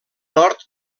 nord